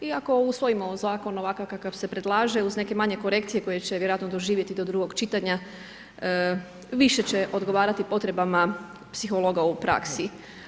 Iako usvojimo zakon ovakav kakav se predlaže uz neke manje korekcije koje će vjerojatno doživjeti do drugog čitanja, više će odgovarati potrebama psihologa u praksi.